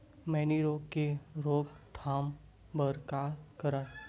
मैनी रोग के रोक थाम बर का करन?